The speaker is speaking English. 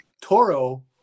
Toro